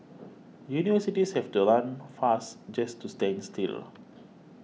universities have to run fast just to stand still